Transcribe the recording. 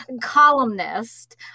Columnist